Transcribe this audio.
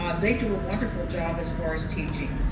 um they do a wonderful job as far as teaching.